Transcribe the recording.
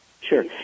Sure